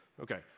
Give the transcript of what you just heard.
Okay